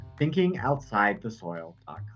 ThinkingOutsideTheSoil.com